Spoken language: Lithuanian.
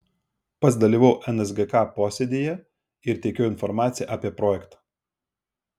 pats dalyvavau nsgk posėdyje ir teikiau informaciją apie projektą